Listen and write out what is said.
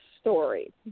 story